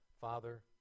Father